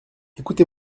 ecoutez